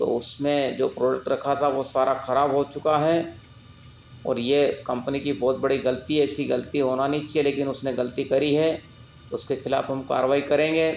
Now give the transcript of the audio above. तो उसमें जो प्रोडक्ट रखा था वो सारा खराब हो चुका है और ये कंपनी की बहुत बड़ी गलती है ऐसी गलती होना नहीं चाहिए लेकिन उसने गलती करी है उसके खिलाफ हम कारवाई करेंगे